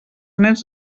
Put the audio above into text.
nens